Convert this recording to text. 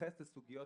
שמתייחס לסוגיות